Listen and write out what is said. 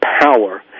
power